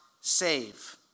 save